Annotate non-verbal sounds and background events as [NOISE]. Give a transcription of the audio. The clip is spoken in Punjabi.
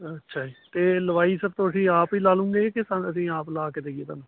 ਅੱਛਾ ਜੀ ਅਤੇ ਲਵਾਈ ਸਰ ਤੁਸੀਂ ਆਪ ਹੀ ਲਾ ਲਵੋਗੇ ਕਿ [UNINTELLIGIBLE] ਅਸੀਂ ਆਪ ਲਾ ਕੇ ਦਈਏ ਤੁਹਾਨੂੰ